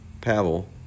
Pavel